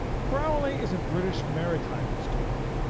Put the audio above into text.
crowley is a british maritime historian,